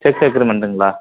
check அக்ரிமெண்ட்டுங்களா